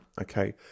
okay